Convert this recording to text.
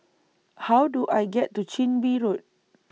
How Do I get to Chin Bee Road